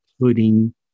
putting